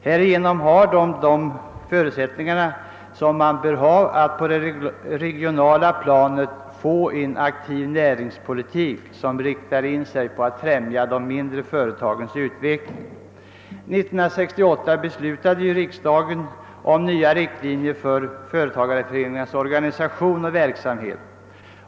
Härigenom har de sådana förutsättningar som fordras för att på det regionala planet få till stånd en aktiv näringspolitik, inriktad på att främja de mindre företagens utveckling. År 1968 fattade riksdagen beslut om nya riktlinjer för företagareföreningarnas organisation och verksamhet.